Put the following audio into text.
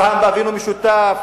אברהם אבינו משותף,